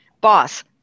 Boss